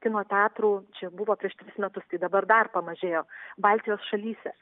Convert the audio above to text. kino teatrų čia buvo prieš tris metus tai dabar dar pamažėjo baltijos šalyse